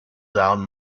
down